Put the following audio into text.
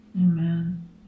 Amen